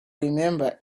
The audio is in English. remember